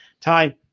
Ty